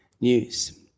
news